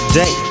day